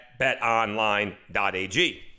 betonline.ag